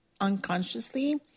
unconsciously